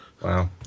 Wow